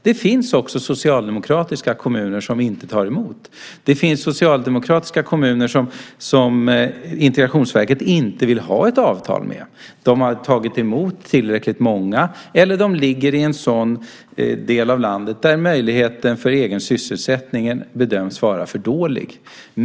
Det finns också socialdemokratiska kommuner som inte tar emot flyktingar. Det finns socialdemokratiska kommuner som Integrationsverket inte vill ha ett avtal med. De har tagit emot tillräckligt många eller också ligger de i en sådan del av landet där möjligheterna till egen sysselsättning bedöms vara för dålig.